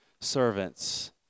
Servants